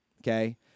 okay